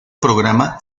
programa